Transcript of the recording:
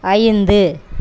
ஐந்து